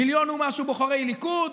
מיליון ומשהו בוחרי ליכוד,